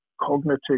cognitive